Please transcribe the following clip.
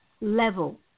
level